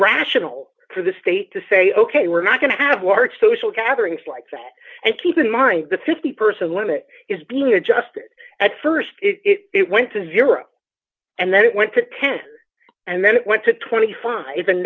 rational for the state to say ok we're not going to have large social gatherings like that and keep in mind the fifty person limit is being adjusted at st it went to zero and then it went to ten and then it went to twenty five and